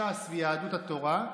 ש"ס ויהדות התורה,